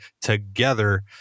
together